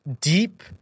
deep